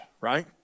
right